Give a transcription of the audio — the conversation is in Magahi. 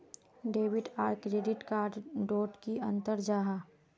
डेबिट आर क्रेडिट कार्ड डोट की अंतर जाहा?